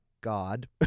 God